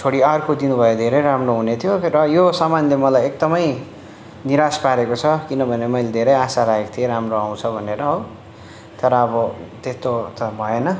छोडि अर्को दिनुभए धेरै राम्रो हुने थियो र यो सामानले मलाई एकदमै निराश पारेको छ किनभने मैले धेरै आशा राखेको थिएँ राम्रो आउँछ भनेर हो तर अब त्यस्तो त भएन